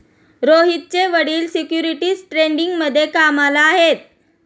रोहितचे वडील सिक्युरिटीज ट्रेडिंगमध्ये कामाला आहेत